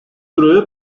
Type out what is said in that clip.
durağı